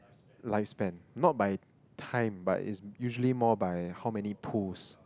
lifespan not by time but it's usually more by how many pulls